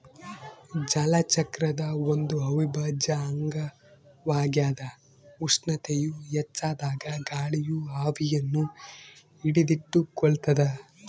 ಜಲಚಕ್ರದ ಒಂದು ಅವಿಭಾಜ್ಯ ಅಂಗವಾಗ್ಯದ ಉಷ್ಣತೆಯು ಹೆಚ್ಚಾದಾಗ ಗಾಳಿಯು ಆವಿಯನ್ನು ಹಿಡಿದಿಟ್ಟುಕೊಳ್ಳುತ್ತದ